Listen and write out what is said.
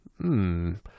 -hmm